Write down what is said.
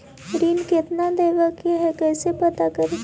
ऋण कितना देवे के है कैसे पता करी?